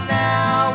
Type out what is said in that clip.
now